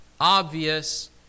obvious